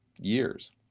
years